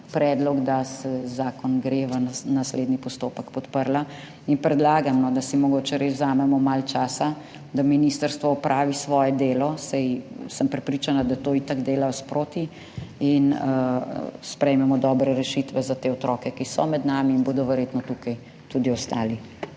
predlog, da gre zakon v naslednji postopek podprla. Predlagam, da si mogoče res vzamemo malo časa, da ministrstvo opravi svoje delo, saj sem prepričana, da to itak dela sproti, in sprejmemo dobre rešitve za te otroke, ki so med nami in bodo verjetno tukaj tudi ostali.